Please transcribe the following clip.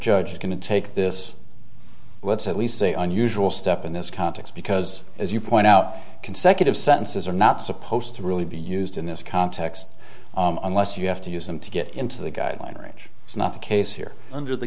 judge is going to take this let's at least say unusual step in this context because as you point out consecutive sentences are not supposed to really be used in this context unless you have to use them to get into the guideline range is not the case here under the